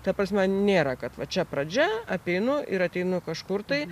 ta prasme nėra kad va čia pradžia apeinu ir ateinu kažkur tai